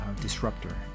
disruptor